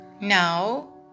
Now